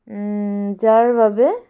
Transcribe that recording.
যাৰ বাবে